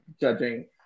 judging